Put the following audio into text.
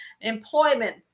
Employment